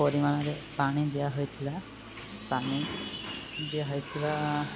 ପରିମାଣରେ ପାଣି ଦିଆହୋଇଥିଲା ପାଣି ଦିଆ ହୋଇଥିବା